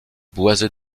boisé